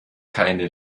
keine